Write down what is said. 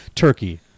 Turkey